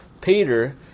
Peter